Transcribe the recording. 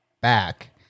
back